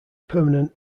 permanent